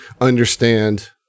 understand